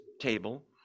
table